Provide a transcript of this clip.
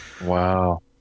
Wow